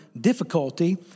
difficulty